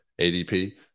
ADP